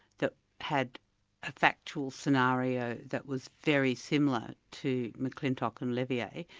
that had a factual scenario that was very similar to mcclintock and levier,